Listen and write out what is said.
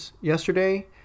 yesterday